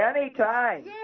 Anytime